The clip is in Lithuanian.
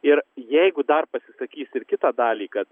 ir jeigu dar pasisakys ir kitą dalį kad